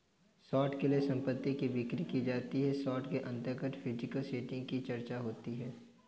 short के लिए संपत्ति की बिक्री की जाती है शॉर्ट के अंतर्गत फिजिकल सेटिंग की चर्चा होती है